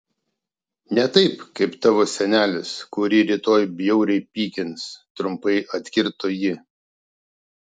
ne taip kaip tavo senelis kurį rytoj bjauriai pykins trumpai atkirto ji